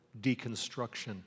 deconstruction